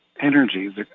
energy